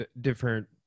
different